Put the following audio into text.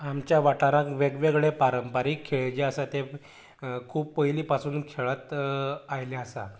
आमच्या वाठारांत वेगवेगळे पारंपारीक खेळ जे आसात ते खूब पयलीं पासून खेळत आयले आसा